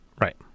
Right